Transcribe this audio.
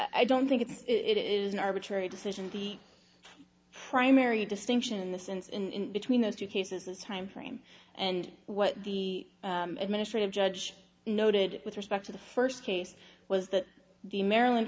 i don't think it's it is an arbitrary decision the primary distinction in the sense in between those two cases was timeframe and what the administrative judge noted with respect to the first case was that the maryland